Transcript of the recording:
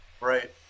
Right